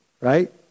Right